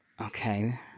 Okay